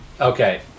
Okay